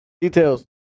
Details